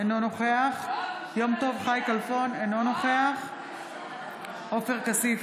אינו נוכח יום טוב חי כלפון, אינו נוכח עופר כסיף,